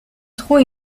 trot